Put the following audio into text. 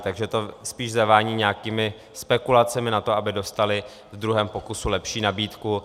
Takže to spíš zavání nějakými spekulacemi na to, aby dostali v druhém pokusu lepší nabídku.